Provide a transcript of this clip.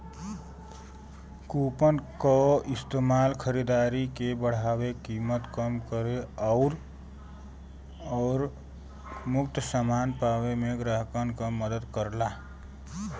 coupon क इस्तेमाल खरीदारी के बढ़ावे, कीमत कम करे आउर मुफ्त समान पावे में ग्राहकन क मदद करला